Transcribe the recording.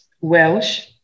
Welsh